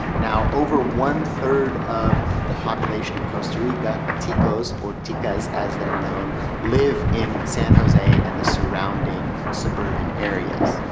now over one-third of the population of costa rica tico's or ticas as they're known live in san jose and the surrounding suburban areas.